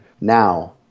now